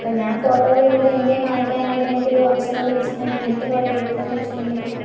ഇപ്പോൾ ഞാൻ ഫോട്ടോകളിലൂടെ ഇന്ത്യയെ കാണിക്കാനായിട്ട് എനിക്കൊരു അവസരം ലഭിച്ചിട്ടുണ്ടെ ഞാൻ എന്ത് ഫോട്ടോ എടുക്കുവെന്ന് വെച്ചിട്ടുണ്ടെങ്കില്